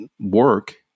work